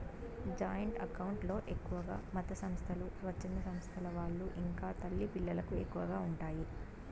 joint account లో ఎక్కువగా మతసంస్థలు, స్వచ్ఛంద సంస్థల వాళ్ళు ఇంకా తల్లి పిల్లలకు ఎక్కువగా ఉంటాయి